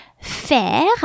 faire